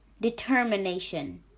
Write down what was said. determination